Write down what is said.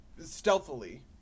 stealthily